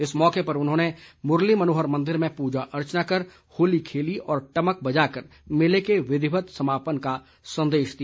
इस मौके पर उन्होंने मुरलीमनोहर मंदिर में पूजा अर्चना कर होली खेली और टमक बजाकर मेले के विधिवत समापन का संदेश दिया